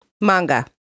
manga